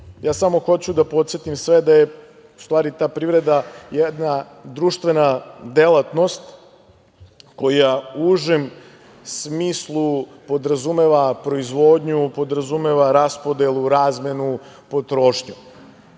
ja samo hoću da podsetim sve da je u stvari ta privreda jedna društvena delatnost koja u užem smislu podrazumeva proizvodnju, podrazumeva raspodelu, razmenu, potrošnju.U